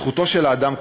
זכותו של האדם,